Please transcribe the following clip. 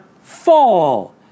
fall